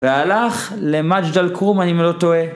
והלך למג'ד אל-כרום אם לא טועה